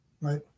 right